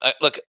look